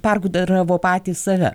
pergudravo patys save